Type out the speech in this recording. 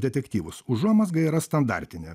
detektyvus užuomazga yra standartinė